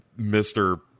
Mr